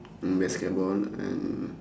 basketball and